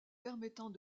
permettant